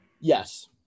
Yes